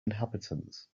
inhabitants